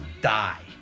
die